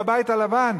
בבית הלבן,